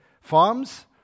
farms